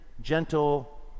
gentle